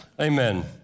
amen